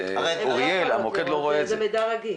זה מידע רגיש.